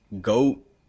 GOAT